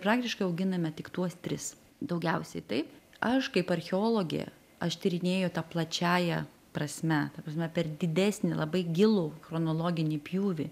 praktiškai auginame tik tuos tris daugiausiai taip aš kaip archeologė aš tyrinėju ta plačiąja prasme ta prasme per didesnį labai gilų chronologinį pjūvį